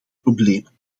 problemen